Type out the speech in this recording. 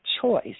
choice